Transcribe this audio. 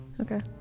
Okay